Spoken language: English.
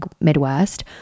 Midwest